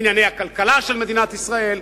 ענייני הכלכלה של מדינת ישראל?